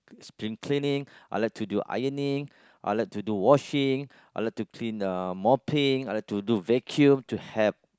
spring cleaning I like to do ironing I like to do washing I like to clean uh mopping I like to do vacuum to help